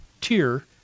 tier